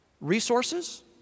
resources